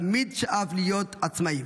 הוא תמיד שאף להיות עצמאי.